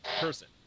person